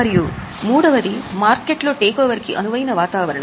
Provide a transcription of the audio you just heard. మరియు మూడవది మార్కెట్ లో టేకోవర్ కి అనువైన వాతావరణం